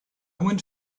went